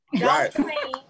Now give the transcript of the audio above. Right